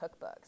cookbooks